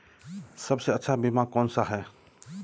सबसे अच्छा बीमा कौनसा है?